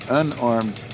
unarmed